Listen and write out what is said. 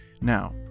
Now